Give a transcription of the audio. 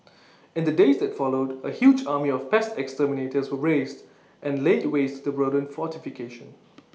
in the days that followed A huge army of pest exterminators was raised and laid waste to the rodent fortification